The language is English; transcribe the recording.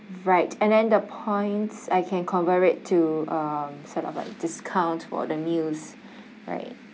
right and then the points I can convert it to um set of like discount for the meals right